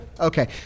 Okay